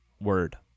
word